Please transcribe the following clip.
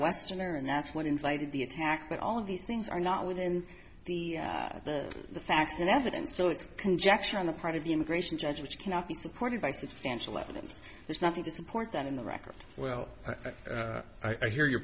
westerner and that's what invited the attack but all of these things are not within the the facts in evidence so it's conjecture on the part of the immigration judge which cannot be supported by substantial evidence there's nothing to support that in the record well i hear your